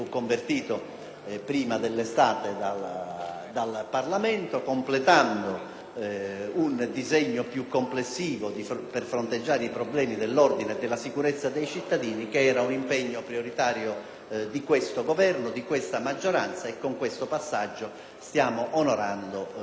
dal Parlamento; completiamo cioè un disegno più complessivo per fronteggiare i problemi dell'ordine e della sicurezza dei cittadini, impegno prioritario di questo Governo e della maggioranza: con questo passaggio stiamo onorando quest'impegno politico.